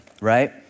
right